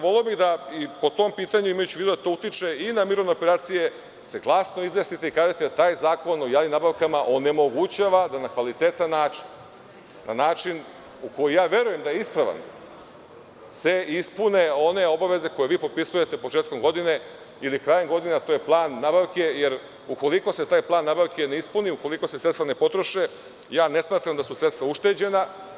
Voleo bih da i o tom pitanju, imajući u vidu da i to utiče i na mirovne operacije, se glasno izjasnite i kažete da taj Zakon o javnim nabavkama onemogućava da na kvalitetan način, na način za koji verujem da je ispravan se ispune one obaveze koje propisujete početkom godine ili krajem godine, a to je plan nabavke jer ukoliko se taj plan nabavke ne ispuni, ukoliko se sredstva ne potroše, ne smatram da su sredstva ušteđena.